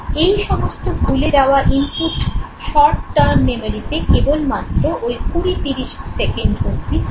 এই সমস্ত ভুলে যাওয়া ইনপুট শর্ট টার্ম মেমোরিতে কেবলমাত্র ঐ কুড়ি তিরিশ সেকেন্ড অবধি থাকে